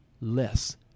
less